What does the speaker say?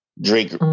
drake